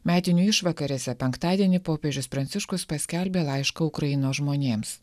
metinių išvakarėse penktadienį popiežius pranciškus paskelbė laišką ukrainos žmonėms